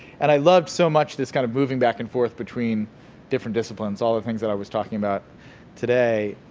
and i loved so much this kind of moving back and forth between different disciplines all the things and i was talking about today.